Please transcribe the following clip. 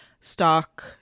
stock